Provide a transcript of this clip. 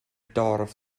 dorf